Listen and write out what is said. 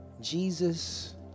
Jesus